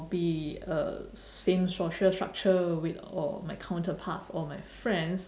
be uh same social structure with or my counterparts or my friends